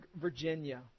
Virginia